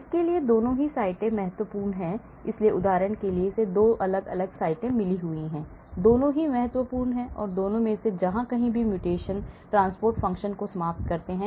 इसके लिए दोनों साइटें आवश्यक हैं इसलिए उदाहरण के लिए इसे 2 अलग अलग साइटें मिल जाती हैं दोनों बहुत महत्वपूर्ण हैं और दोनों में से जहां कहीं भी म्यूटेशन ट्रांसपोर्ट फ़ंक्शन को समाप्त करते हैं